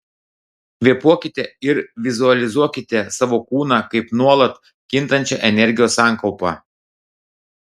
kvėpuokite ir vizualizuokite savo kūną kaip nuolat kintančią energijos sankaupą